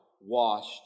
washed